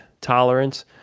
tolerance